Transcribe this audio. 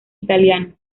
italiano